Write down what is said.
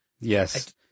Yes